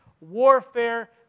warfare